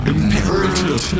Imperative